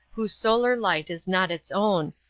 whose solar light is not its own,